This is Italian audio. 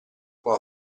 può